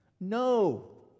No